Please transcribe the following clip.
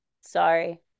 Sorry